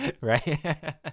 Right